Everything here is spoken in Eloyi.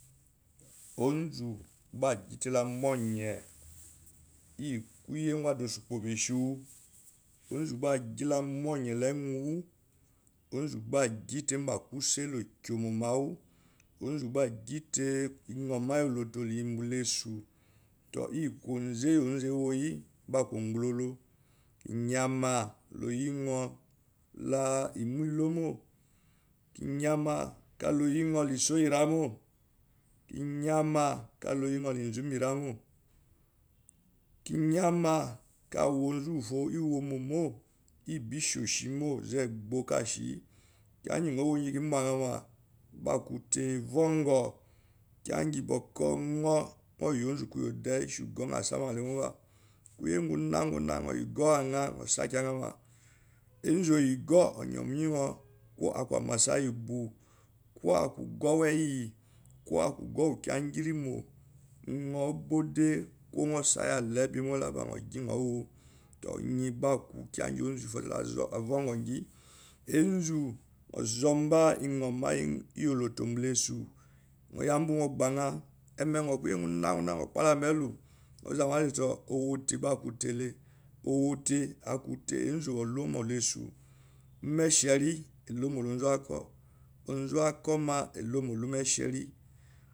Onzu gbá ugite lá mónye kuye adaosukpo gbá ishou ónzu gba agi té ta monye la ewunwo gba iyitei iyi kóze gba akú ongbulóló kala kimolo mo loyinyo la imonlomo kiyanma kala oyi nyo la isó iyiramo onzu gba agite mba kuse lokyomo mba wú kinyámá kaloyi nyo la imelomo kiyanma kaloyi nyo la ezumberemo kiyanma ka wo on zuwufo iwowómomo iye bakur ishoshimo wogi boukuu kuiye ngon ana nyo sákyanyama enzu oyi oguo nyo mba iyinyo nyo saban ogáuma tai gba akú ogaur kuweí aku kiya ngirimo nyo sanba oguriwuma lei ko gba nyó saayema leé bemolalá nyo gi nyo saima gbabar énzu nyo zonbá nyoma iloto mba la ésho gbá ba umónye mba la esho iyambun mogba nya mbala emenyo nyo zamba te aku tei énzu la lomo la eshó omeshieri elomola onzuaku onzuakau elo mola ormeshire